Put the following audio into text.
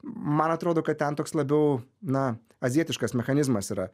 man atrodo kad ten toks labiau na azijietiškas mechanizmas yra